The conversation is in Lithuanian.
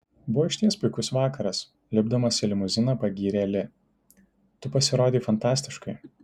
buvo išties puikus vakaras lipdamas į limuziną pagyrė li tu pasirodei fantastiškai